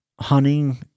hunting